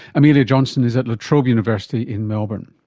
amelia johnston is at la trobe university in melbourne.